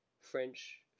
French